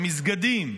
במסגדים,